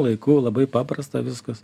laiku labai paprasta viskas